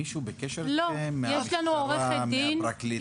מישהו בקשר אתכם מהמשטרה, מהפרקליטות?